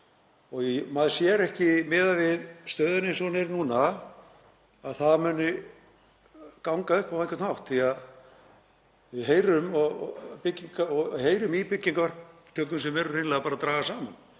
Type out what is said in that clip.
Maður sér ekki, miðað við stöðuna eins og hún er núna, að það muni ganga upp á einhvern hátt því að við heyrum í byggingarverktökum sem eru hreinlega að draga saman